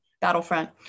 Battlefront